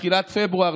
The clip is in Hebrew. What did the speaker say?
תחילת פברואר,